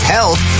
Health